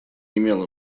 имела